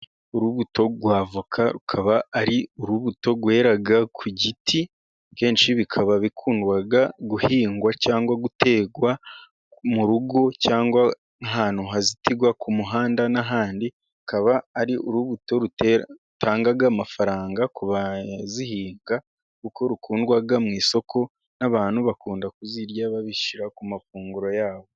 Urubuto rwa avoka rukaba ari urubuto rwera ku giti, kenshi bikaba bikundwa guhingwa cyangwa guterwa mu rugo cyangwa ahantu hazitigwa ku muhanda n'ahandi, akaba ari urubuto rutanga amafaranga kuzihinga kuko rukundwa mu isoko n'abantu bakunda kuzirya bazishyira ku mafunguro yabo.